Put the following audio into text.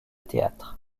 théâtre